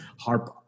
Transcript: harp